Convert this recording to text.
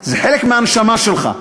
זה חלק מהנשמה שלך.